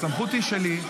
הסמכות היא שלי.